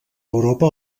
europa